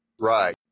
Right